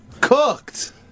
Cooked